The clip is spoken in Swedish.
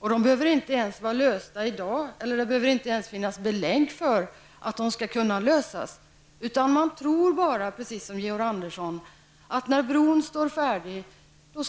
Och det behöver inte ens finnas belägg för att problemen kan lösas, utan man tror bara -- precis som Georg Andersson, -- att när bron står färdig, då